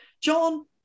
john